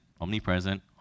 Omnipresent